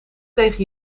tegen